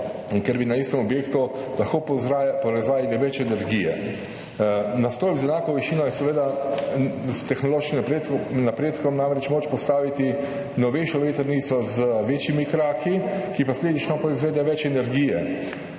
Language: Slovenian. ker bi na istem objektu lahko proizvajali več energije. Na stolp z enako višino je namreč s tehnološkim napredkom moč postaviti novejšo vetrnico z večjimi kraki, ki posledično proizvede več energije,